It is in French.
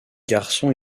garçon